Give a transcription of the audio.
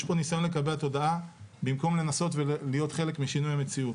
יש פה ניסיון לקבע תודעה במקום לנסות ולהיות חלק משינוי המציאות.